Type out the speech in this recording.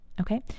Okay